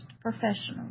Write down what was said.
professionals